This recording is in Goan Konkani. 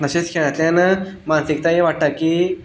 अशेच खेळांतल्यान मानसीकताय वाडटा की